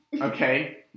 okay